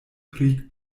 pri